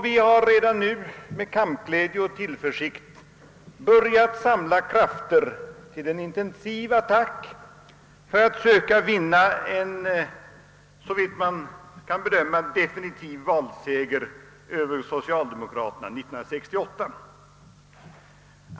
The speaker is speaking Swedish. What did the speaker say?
Vi har redan nu med kampglädje och tillförsikt börjat samla krafter till en intensiv attack för att söka vinna en, såvitt man kan bedöma, definitiv valseger över socialdemokraterna 1968.